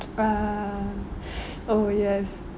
ah oh yes